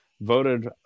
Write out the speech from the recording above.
voted